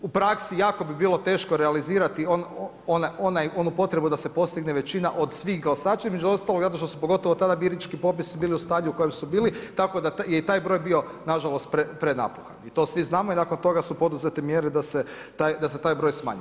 U praksi jako bi bilo teško realizirati onu potrebu da se postigne većina od svih glasača između ostalog zato što su pogotovo tada birački popisi bili u stanju u kojem su bili, tako da i taj broj je bio na žalost prenapuhan i to svi znamo i nakon toga su poduzete mjere da se taj broj smanji.